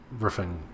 riffing